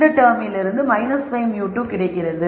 இந்த டெர்மிலிருந்து 5 μ2 கிடைக்கிறது